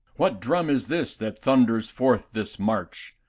what drum is this that thunders forth this march,